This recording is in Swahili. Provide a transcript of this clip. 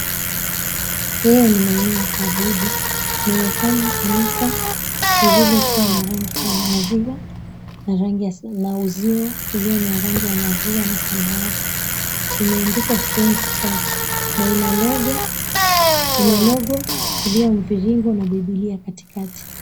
Haya ni maeneo ya kuabudu. Inaonekana kanisa lililokuwa na rangi ya maziwa na uzio ulio na rangi ya maziwa na samawati. Imeandikwa, Friends Church na ina logo iliyo mviringo na bibilia katikati.